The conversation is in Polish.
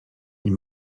nie